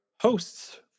hosts